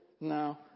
No